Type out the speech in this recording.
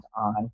on